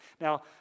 Now